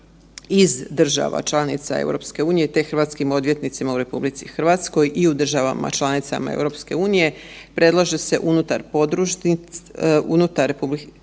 iz država članica EU, te hrvatskim odvjetnicima u RH i u državama članicama EU predlaže se unutar RH, dakle